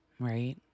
right